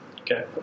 Okay